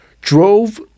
drove